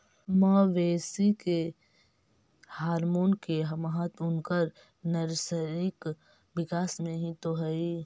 मवेशी के हॉरमोन के महत्त्व उनकर नैसर्गिक विकास में हीं तो हई